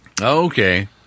okay